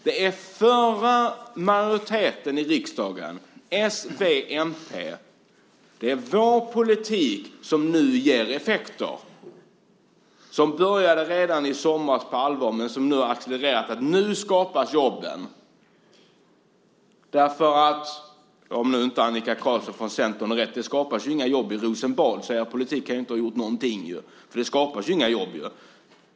Det är den förra riksdagsmajoritetens - s, v och mp - politik som nu ger effekter. Detta började på allvar redan i somras, men nu har det accelererat, och nu skapas jobben. Om Annika Qarlsson från Centern har rätt så skapas det inte några jobb i Rosenbad, så er politik kan ju inte ha gjort någonting.